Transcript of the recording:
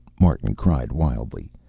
martin cried wildly.